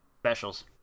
specials